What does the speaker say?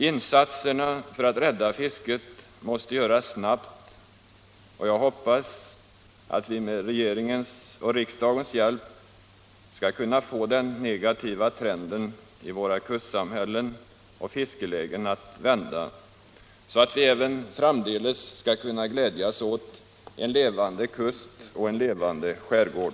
Insatserna för att rädda fisket måste göras snabbt, och jag hoppas att vi med regeringens och riksdagens hjälp skall kunna få den negativa trenden i våra kustsamhällen och fiskelägen att vända, så att vi även framdeles skall kunna glädjas åt en levande kust och en levande skärgård.